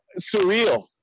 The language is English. surreal